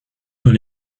dans